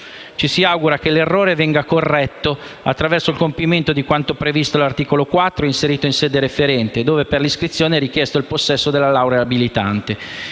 Ci si augura che l'errore venga corretto attraverso il compimento di quanto previsto dall'articolo 4, inserito in sede referente, dove per l'iscrizione è richiesto il possesso della laurea abilitante